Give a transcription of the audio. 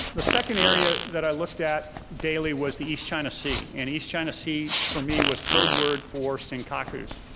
the second area that i looked at daily was the east china sea, and east china sea, for me, was code word for senkakus.